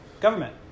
government